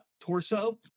torso